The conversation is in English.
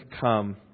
come